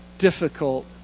difficult